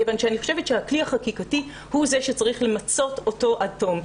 מכיוון שאני חושבת שהכלי החקיקתי הוא זה שצריך למצות אותו עד תום.